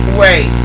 wait